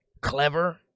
clever